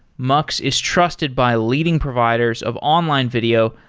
mux is trusted by leading providers of online video,